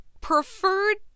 preferred